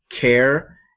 care